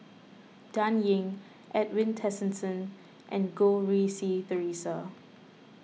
Dan Ying Edwin Tessensohn and Goh Rui Si theresa